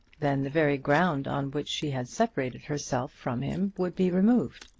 then the very ground on which she had separated herself from him would be removed.